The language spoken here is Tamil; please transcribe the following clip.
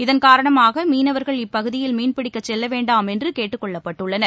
இதன் காரணமாக மீனவர்கள் இப்பகுதியில் மீன்பிடிக்கச் செல்ல வேண்டாம் என்று கேட்டுக் கொள்ளப்பட்டுள்ளனர்